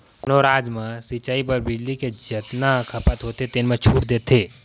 कोनो राज म सिचई बर बिजली के जतना खपत होथे तेन म छूट देथे